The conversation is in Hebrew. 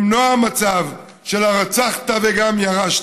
למנוע מצב של "רצחת וגם ירשת".